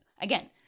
again